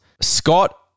Scott